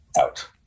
out